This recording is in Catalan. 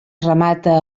remata